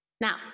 Now